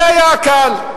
זה היה הקל.